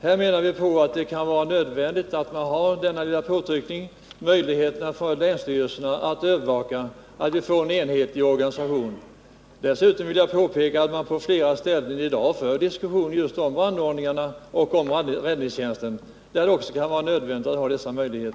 Här menar vi att det kan vara nödvändigt att man har denna lilla påtryckning — möjligheten att få länsstyrelserna att övervaka att det blir en enhetlig organisation. Dessutom vill jag påpeka att man på flera ställen i dag för diskussionen just om brandordningarna och om räddningstjänsten, där det kan vara nödvändigt att man har denna möjlighet.